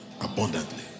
Abundantly